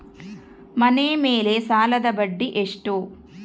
ಮನೆ ಮೇಲೆ ಸಾಲದ ಬಡ್ಡಿ ಎಷ್ಟು?